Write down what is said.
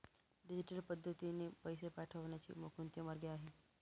Digital पद्धतीने पैसे पाठवण्याचे कोणते मार्ग आहेत?